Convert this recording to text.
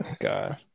God